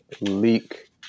leak